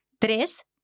Tres